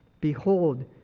Behold